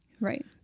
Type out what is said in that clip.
Right